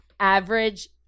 average